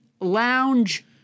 lounge